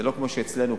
זה לא כמו שזה אצלנו,